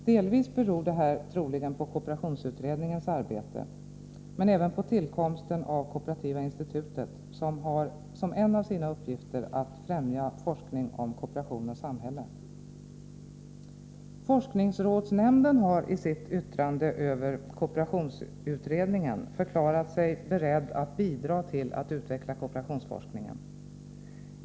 Delvis beror detta troligen på kooperationsutredningens arbete men även på tillkomsten av agen den Forskningsrådsnämnden har i sitt yttrande över kooperationsutredningen SETS förklarat sig beredd att bidra till att utveckla kooperationsforskningen.